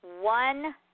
one